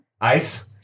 Ice